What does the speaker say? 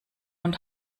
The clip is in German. und